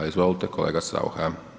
Izvolite, kolega Saucha.